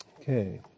Okay